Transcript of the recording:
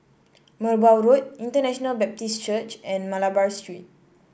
Merbau Road International Baptist Church and Malabar Street